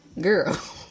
Girl